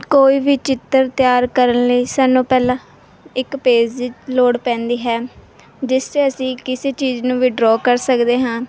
ਕੋਈ ਵੀ ਚਿੱਤਰ ਤਿਆਰ ਕਰਨ ਲਈ ਸਾਨੂੰ ਪਹਿਲਾਂ ਇੱਕ ਪੇਜ ਦੀ ਲੋੜ ਪੈਂਦੀ ਹੈ ਜਿਸ 'ਤੇ ਅਸੀਂ ਕਿਸੇ ਚੀਜ਼ ਨੂੰ ਵੀ ਡਰਾਅ ਕਰ ਸਕਦੇ ਹਾਂ